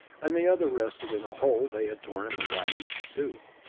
and the other rested in a hole they had torn in the lining of the tube.